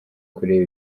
kureba